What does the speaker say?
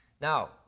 Now